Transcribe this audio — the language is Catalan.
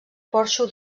porxo